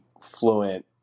fluent